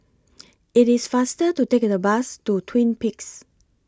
IT IS faster to Take The Bus to Twin Peaks